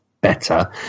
better